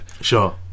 Sure